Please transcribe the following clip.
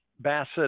Bassett